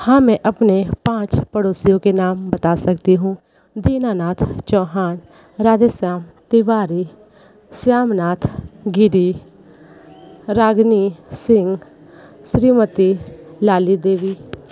हाँ मैं अपने पाँच पड़ोसियों के नाम बता सकती हूँ दीनानाथ चौहान राधेश्याम तिवारी श्यामनाथ गिरी रागिनी सिंह श्रीमती लाली देवी